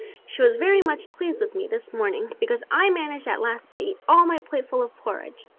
she was very much pleased with me this morning because i managed at last to eat all my plateful of porridge.